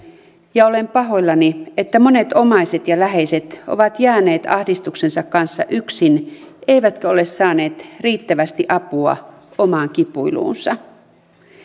ja olen pahoillani että monet omaiset ja läheiset ovat jääneet ahdistuksensa kanssa yksin eivätkä ole saaneet riittävästi apua omaan kipuiluunsa